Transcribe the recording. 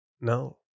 No